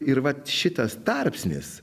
ir vat šitas tarpsnis